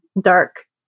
dark